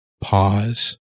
pause